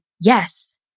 yes